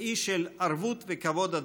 לאי של ערבות וכבוד הדדי,